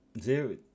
zero